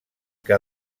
que